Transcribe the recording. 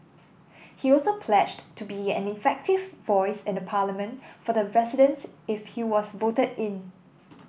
he also pledged to be an effective voice in the Parliament for the residents if he was voted in